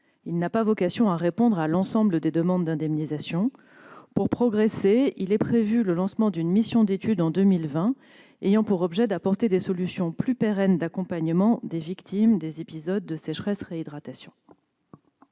Il n'a pas vocation à répondre à l'ensemble des demandes d'indemnisation. Pour progresser, le lancement d'une mission d'étude est prévu cette année ; elle aura pour objet d'apporter des solutions pérennes d'accompagnement des victimes des épisodes de sécheresse-réhydratation.